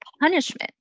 punishment